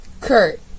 Kurt